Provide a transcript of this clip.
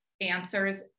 answers